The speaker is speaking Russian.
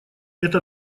это